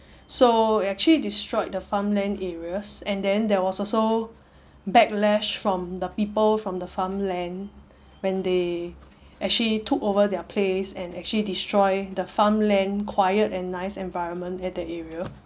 so actually destroyed the farmland areas and then there was also backlash from the people from the farmland when they actually took over their place and actually destroy the farmland quiet and nice environment at that area